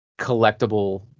collectible